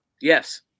Yes